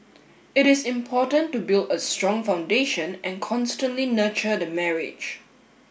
it is important to build a strong foundation and constantly nurture the marriage